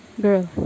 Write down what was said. Girl